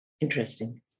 Interesting